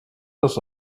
das